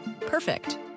perfect